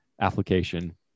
application